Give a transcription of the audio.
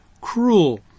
cruel